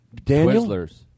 Twizzlers